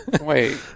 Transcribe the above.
Wait